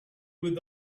with